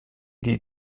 die